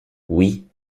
oui